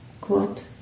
quote